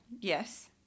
Yes